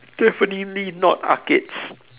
definitely not arcades